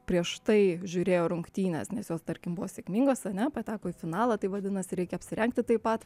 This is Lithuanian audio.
prieš tai žiūrėjo rungtynes nes jos tarkim buvo sėkmingos ane pateko į finalą tai vadinasi reikia apsirengti taip pat